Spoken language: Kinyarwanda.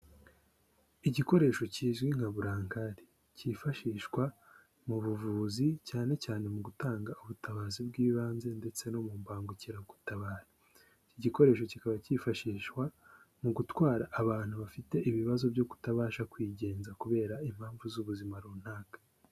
Igikoresho kizwi nka burankari. Cyifashishwa mu buvuzi cyane cyane mu gutanga ubutabazi bw'ibanze, ndetse no mu mbangukiragutabara. Iki gikoresho kikaba cyifashishwa mu gutwara abantu bafite ibibazo byo kutabasha kwigenza kubera impamvu z'ubuzima runaka.